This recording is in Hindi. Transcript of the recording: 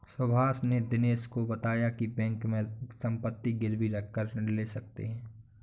सुभाष ने दिनेश को बताया की बैंक में संपत्ति गिरवी रखकर ऋण ले सकते हैं